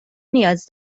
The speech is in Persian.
نیاز